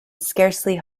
scarcely